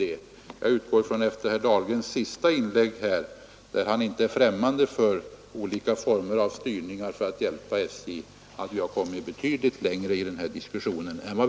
Efter herr Dahlgrens för olika former av styrningar för att hjälpa SJ, utgår jag från att vi har kommit betydligt längre i denna diskussion än tidigare.